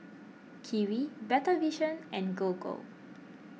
Kiwi Better Vision and Gogo